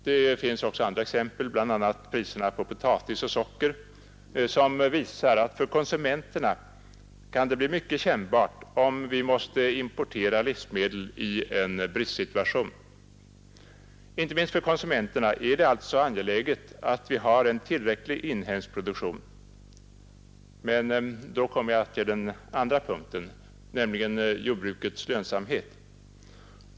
Det finns också andra exempel, bl.a. priserna på potatis och socker, som visar att det för konsumenterna kan bli mycket kännbart om vi i en bristsituation måste importera livsmedel. Det är alltså inte minst för konsumenterna mycket angeläget att vi har en tillräcklig inhemsk produktion. Och där kommer jag till den andra punkten, nämligen jordbrukets lönsamhet.